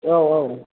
औ औ